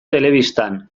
telebistan